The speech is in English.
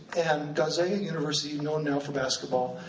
and gonzaga university, known now for basketball,